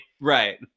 right